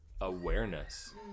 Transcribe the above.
awareness